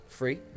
Free